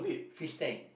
fish tank